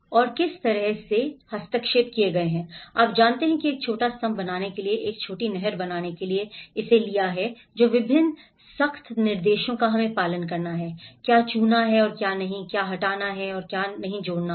और कैसे किस तरह के हस्तक्षेप किए गए हैं आप जानते हैं कि एक छोटा स्तंभ बनाने के लिए एक छोटी नहर बनाने के लिए इसे लिया है जो विभिन्न सख्त निर्देशों का हमें पालन करना है क्या छूना है और क्या नहीं क्या हटाना है और क्या नहीं जोड़ना है